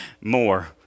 more